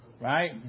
Right